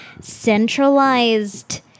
centralized